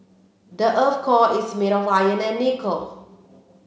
the earth's core is made of iron and nickel